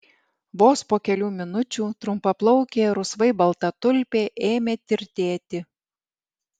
vos po kelių minučių trumpaplaukė rusvai balta tulpė ėmė tirtėti